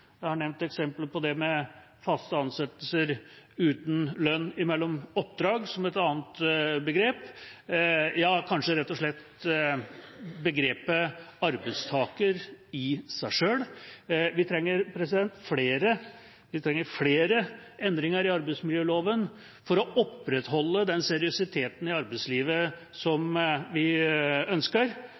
Jeg har nevnt eksemplet på fast ansettelse uten lønn mellom oppdrag som et annet begrep, ja kanskje rett og slett begrepet «arbeidstaker» i seg selv. Vi trenger flere endringer i arbeidsmiljøloven for å opprettholde den seriøsiteten i arbeidslivet som vi ønsker,